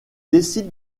décide